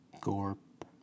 gorp